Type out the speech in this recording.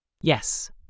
Yes